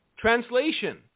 Translation